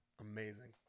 amazing